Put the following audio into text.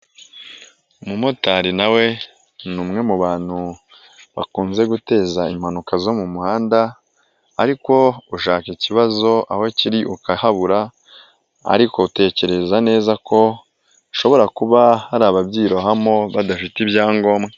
Umumotari nawe ni umwe mu bantu bakunze guteza impanuka zo mu muhanda, ariko ushaka ikibazo aho kiri ukahabura, ariko utekereza neza ko hashobora kuba hari ababyirohamo badafite ibyangombwa.